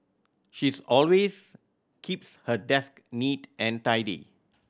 she is always keeps her desk neat and tidy